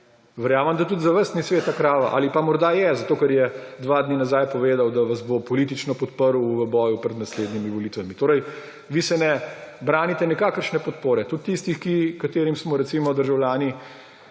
Verjamem, da tudi za vas ni sveta krava ali pa morda je, zato ker je dva dni nazaj povedal, da vas bo politično podprl v boju pred naslednjimi volitvami. Vi se ne branite nikakršne podpore, tudi tistih, katerim smo, recimo, državljani